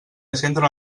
centren